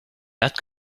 that